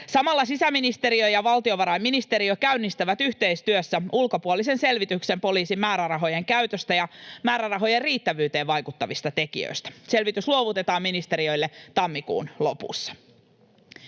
Samalla sisäministeriö ja valtiovarainministeriö käynnistävät yhteistyössä ulkopuolisen selvityksen poliisin määrärahojen käytöstä ja määrärahojen riittävyyteen vaikuttavista tekijöistä. Selvitys luovutetaan ministeriöille tammikuun lopussa.